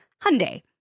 Hyundai